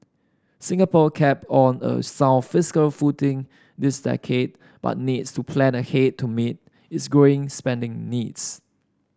Singapore kept on a sound fiscal footing this decade but needs to plan ahead to meet its growing spending needs